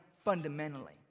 fundamentally